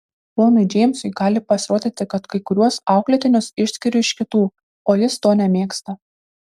ponui džeimsui gali pasirodyti kad kai kuriuos auklėtinius išskiriu iš kitų o jis to nemėgsta